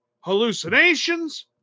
hallucinations